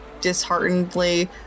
disheartenedly